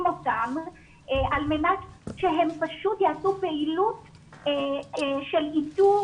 אותם על מנת שהם פשוט יעשו פעילות של איתור,